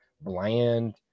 bland